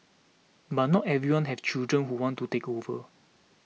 but not everyone has children who want to take over